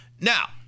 Now